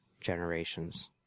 generations